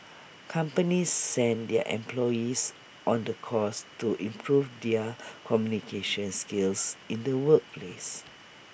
companies send their employees on the course to improve their communication skills in the workplace